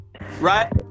Right